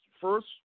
first